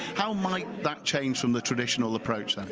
how might that change from the traditional approach then?